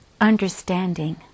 understanding